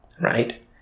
right